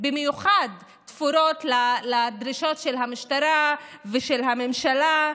במיוחד לדרישות של המשטרה ושל הממשלה,